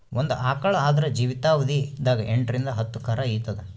ಒಂದ್ ಆಕಳ್ ಆದ್ರ ಜೀವಿತಾವಧಿ ದಾಗ್ ಎಂಟರಿಂದ್ ಹತ್ತ್ ಕರಾ ಈತದ್